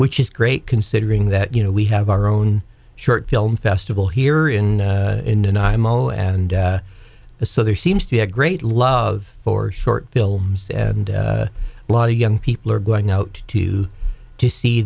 which is great considering that you know we have our own short film festival here in ny mo and a so there seems to be a great love for short films and a lot of young people are going out to to see